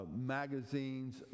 magazines